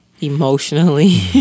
emotionally